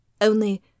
Only